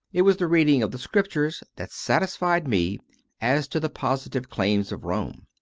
it was the reading of the scriptures that satisfied me as to the posi tive claims of rome.